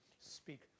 speak